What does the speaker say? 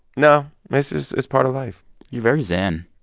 no, this is it's part of life you're very zen